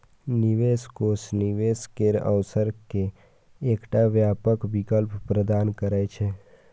निवेश कोष निवेश केर अवसर के एकटा व्यापक विकल्प प्रदान करै छै